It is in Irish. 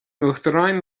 uachtaráin